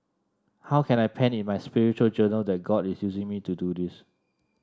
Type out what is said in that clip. how can I pen in my spiritual journal that God is using me to do this